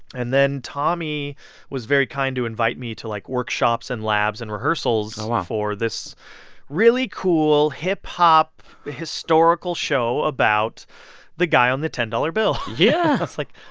and then tommy was very kind to invite me to, like, workshops, and labs and rehearsals for this really cool hip-hop-historical show about the guy on the ten dollars bill yeah i was like,